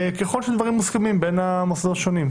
ככל שהדברים מוסכמים בין המוסדות השונים.